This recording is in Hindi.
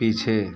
पीछे